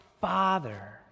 Father